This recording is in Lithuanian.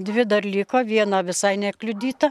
dvi dar liko viena visai nekliudyta